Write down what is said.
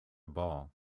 ball